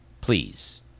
please